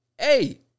hey